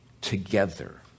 together